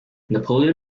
napoleon